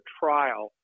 trial